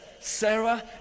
Sarah